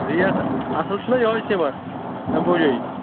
rate اَصٕل چھُنہ یہوے سیٖمَٹ امبوٗجٕے